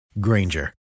Granger